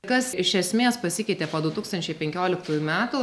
kas iš esmės pasikeitė po du tūkstančiai penkioliktųjų metų